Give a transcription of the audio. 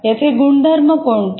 याचे गुणधर्म कोणते